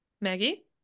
Maggie